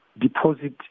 deposit